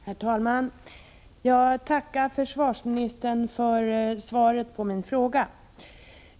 Herr talman! Jag tackar försvarsministern för svaret på min fråga.